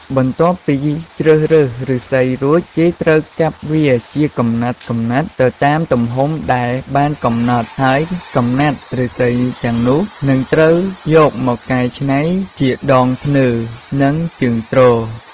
បន្ទាប់ពីជ្រើសរើសឬស្សីរួច គេត្រូវកាប់វាជាកំណាត់ៗទៅតាមទំហំដែលបានកំណត់ ហើយកំណាត់ឬស្សីទាំងនោះ នឹងត្រូវយកមកកែច្នៃជាដងធ្នើរ និងជើងទ្រ។